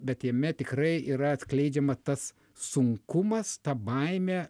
bet jame tikrai yra atskleidžiama tas sunkumas ta baimė